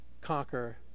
conquer